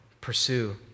pursue